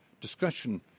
discussion